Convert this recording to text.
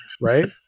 Right